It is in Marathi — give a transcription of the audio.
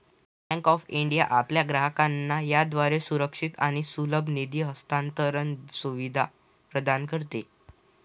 बँक ऑफ इंडिया आपल्या ग्राहकांना याद्वारे सुरक्षित आणि सुलभ निधी हस्तांतरण सुविधा प्रदान करते